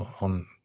on